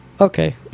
Okay